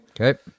Okay